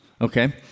okay